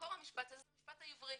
מקור המשפט הזה הוא המשפט העברי.